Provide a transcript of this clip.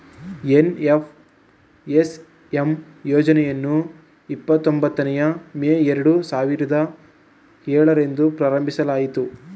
NFSM ಯೋಜನೆಯನ್ನು ಇಪ್ಪತೊಂಬತ್ತನೇಯ May ಎರಡು ಸಾವಿರದ ಏಳರಂದು ಪ್ರಾರಂಭಿಸಲಾಯಿತು